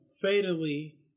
fatally